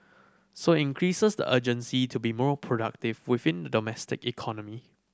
so increases the urgency to be more productive within the domestic economy